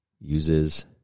Uses